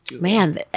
Man